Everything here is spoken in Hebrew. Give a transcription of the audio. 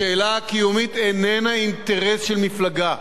השאלה הקיומית איננה אינטרס של מפלגה.